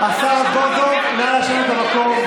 נא לשבת במקומות.